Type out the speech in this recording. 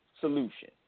solution